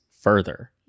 further